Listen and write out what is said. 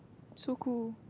so cool